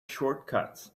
shortcuts